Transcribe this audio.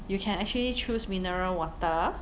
you can actually choose mineral water